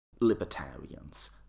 libertarians